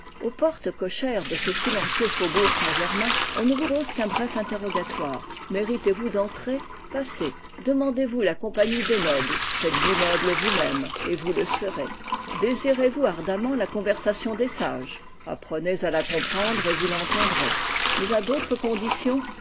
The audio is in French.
aux portes cochères de ce silencieux faubourg saint-germain on ne vous pose qu'un bref interrogatoire méritezvous d'entrer passez demàndez vous la compagnie des nobles faites-vous noble vous-même et vous le serez désirez-vous ardemment la conversation des sages apprenez à la comprendre et vous l'entendrez mais à d'autres conditions